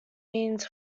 means